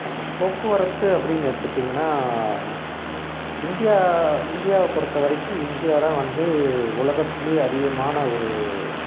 போக்குவரத்து அப்படின்னு எடுத்துகிட்டிங்கனா இந்தியா இந்தியாவை பொறுத்தவரைக்கும் இந்தியா தான் வந்து உலகத்தில் அதிகமான ஒரு